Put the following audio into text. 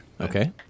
Okay